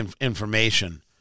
information